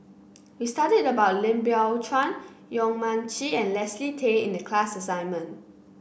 we studied about Lim Biow Chuan Yong Mun Chee and Leslie Tay in the class assignment